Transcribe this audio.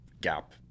Gap